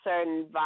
certain